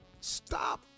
Stop